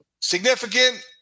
significant